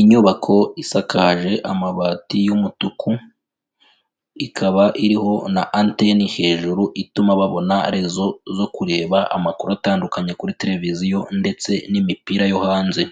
Inyubako isakaje amabati y'umutuku, ikaba iriho na anteni hejuru ituma babona rezo zo kureba amakuru atandukanye kuri tereviziyo ndetse n'imipira yo hanze.